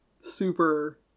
super